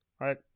right